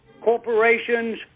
corporations